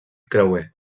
creuer